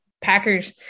Packers